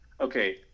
okay